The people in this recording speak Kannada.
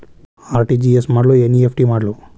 ಆರ್.ಟಿ.ಜಿ.ಎಸ್ ಮಾಡ್ಲೊ ಎನ್.ಇ.ಎಫ್.ಟಿ ಮಾಡ್ಲೊ?